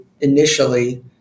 initially